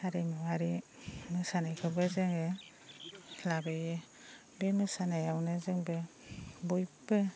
हारिमुवारि मोसानायखौबो जोङो लाबोयो बे मोसानायावनो जोंबो बयबो